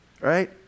right